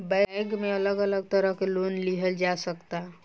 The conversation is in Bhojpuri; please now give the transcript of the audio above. बैक में अलग अलग तरह के लोन लिहल जा सकता